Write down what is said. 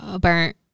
Burnt